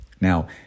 Now